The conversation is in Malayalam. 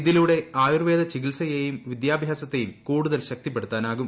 ഇതിലൂടെ ആയൂർവേദ ചികിത്സയേയും വിദ്യാഭ്യാസത്തേയും കൂടുതൽ ശക്തി പ്പെടുത്താനാകും